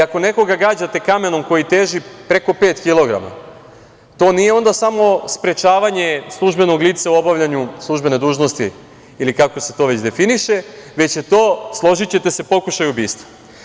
Ako nekoga gađate kamenom koji teži preko pet kilograma, to nije onda samo sprečavanje službenog lica u obavljanju službene dužnosti ili kako se to već definiše, već je to, složićete se, pokušaj ubistva.